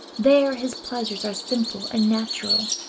there his pleasures are simple and natural,